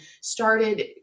started